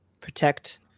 protect